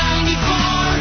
94